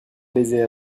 baiser